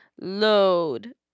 load